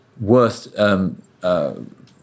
Worth